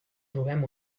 trobem